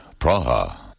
Praha